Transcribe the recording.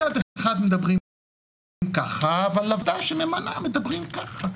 מצד אחד מדברים ככה, ולוועדה שממנה מדברים ככה.